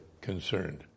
concerned